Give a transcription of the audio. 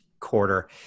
Quarter